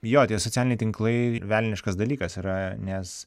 jo tie socialiniai tinklai velniškas dalykas yra nes